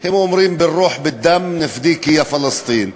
הם אומרים "ברוח בדם ניפדקי יא פלסטין".